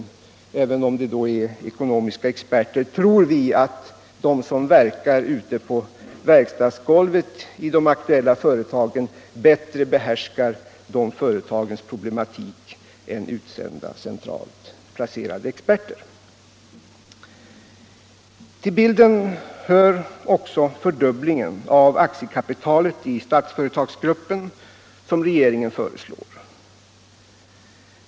Även om dessa är ekonomiska experter, tror vi att de som verkar ute på verkstadsgolvet i de aktuella företagen bättre behärskar de företagens problem än utsända, centralt placerade sk. experter. Till bilden hör också fördubblingen av aktiekapitalet i Statsföretagsgruppen som regeringen föreslår.